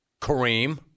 Kareem